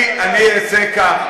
אני אעשה כך.